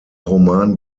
roman